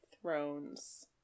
thrones